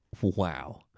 Wow